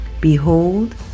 Behold